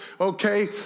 Okay